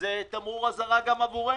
וזה תמרור אזהרה גם עבורנו,